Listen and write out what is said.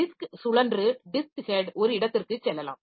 disk சுழன்று disk head ஒரு இடத்திற்கு செல்லலாம்